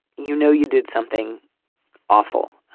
you know, you did something awful.